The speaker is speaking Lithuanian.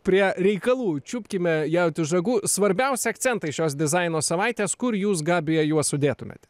prie reikalų čiupkime jautį už ragų svarbiausi akcentai šios dizaino savaitės kur jūs gabija juos sudėtumėte